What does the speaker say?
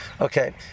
okay